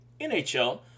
NHL